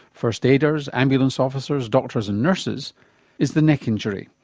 first aiders, ambulance officers, doctors and nurses is the neck injury,